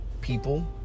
people